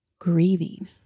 grieving